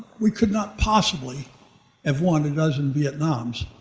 we could not possibly have won a dozen vietnams.